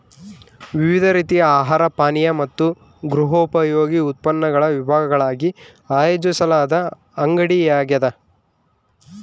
ವಿವಿಧ ರೀತಿಯ ಆಹಾರ ಪಾನೀಯ ಮತ್ತು ಗೃಹೋಪಯೋಗಿ ಉತ್ಪನ್ನಗಳ ವಿಭಾಗಗಳಾಗಿ ಆಯೋಜಿಸಲಾದ ಅಂಗಡಿಯಾಗ್ಯದ